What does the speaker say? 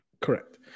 Correct